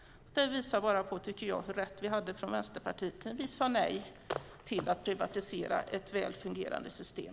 Det här visar på hur rätt vi från Vänsterpartiet har haft. Vi sade nej till att privatisera ett väl fungerande system.